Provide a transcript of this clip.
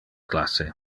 classe